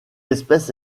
espèce